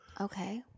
Okay